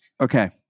Okay